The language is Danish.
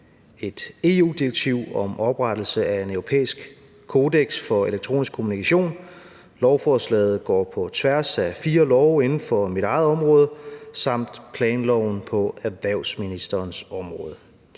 et EU-direktiv om oprettelse af en europæisk kodeks for elektronisk kommunikation. Lovforslaget går på tværs af fire love inden for mit eget område samt planloven på erhvervsministerens område.